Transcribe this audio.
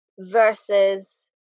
versus